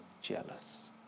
jealous